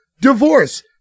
divorce